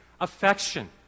affection